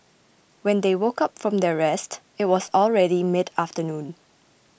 when they woke up from their rest it was already midafternoon